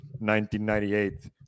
1998